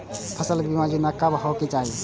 फसल बीमा योजना कब कब होय छै?